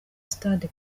stade